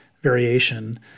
variation